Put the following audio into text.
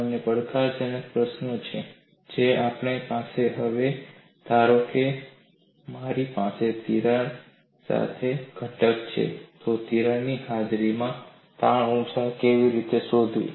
અને પડકારજનક પ્રશ્ન શું છે જે આપણી પાસે હવે છે ધારો કે મારી પાસે તિરાડ સાથે ઘટક છે તો તિરાડની હાજરીમાં તાણ ઊર્જા કેવી રીતે શોધવી